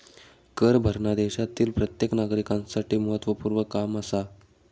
कर भरना देशातील प्रत्येक नागरिकांसाठी महत्वपूर्ण काम आसा